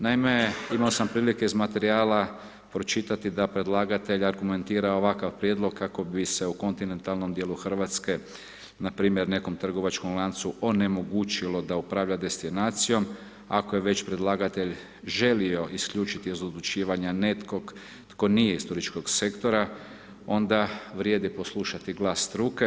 Naime, imao sam prilike iz materijala pročitati da predlagatelj argumentira ovakav prijedlog kako bi se u kontinentalnom dijelu Hrvatske npr. nekom trgovačkom lancu onemogućilo da upravlja destinacijom, ako je već predlagatelj želio isključiti iz odlučivanja nekog tko nije iz turističkog sektora, onda vrijedi poslušati glas struke.